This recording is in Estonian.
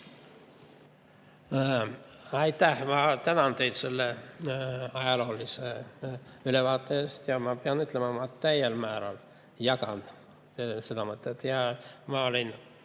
Aitäh! Ma tänan teid selle ajaloolise ülevaate eest ja pean ütlema, et ma täiel määral jagan seda mõtet. Ma olen,